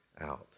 out